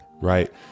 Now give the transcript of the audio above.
right